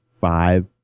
five